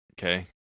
Okay